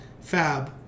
fab